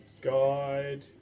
guide